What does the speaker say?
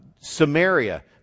Samaria